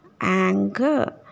anger